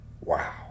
Wow